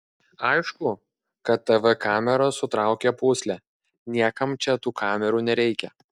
aišku kad tv kameros sutraukia pūslę niekam čia tų kamerų nereikia